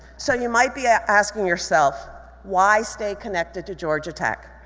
so you might be ah asking yourself, why stay connected to georgia tech?